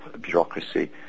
bureaucracy